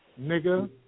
Nigga